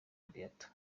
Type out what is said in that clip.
beata